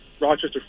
Rochester